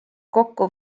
kokku